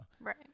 right